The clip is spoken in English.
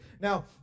Now